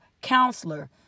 counselor